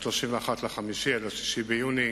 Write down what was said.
מ-31 במאי עד 6 ביוני